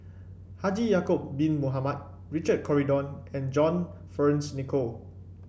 Haji Yaacob Bin Mohamed Richard Corridon and John Fearns Nicoll